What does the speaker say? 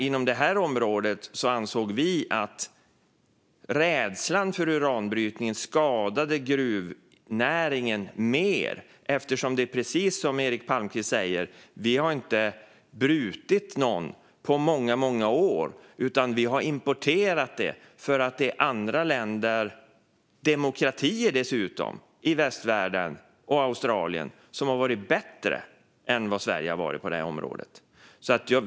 Inom detta område ansåg vi att rädslan för uranbrytning skadade gruvnäringen mer. Det är precis som Eric Palmqvist säger: Vi har inte brutit något uran på många, många år. Vi har importerat det, för det är andra demokratiska länder i västvärlden, till exempel Australien, som har varit bättre än vad Sverige har varit på detta område.